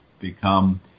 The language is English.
become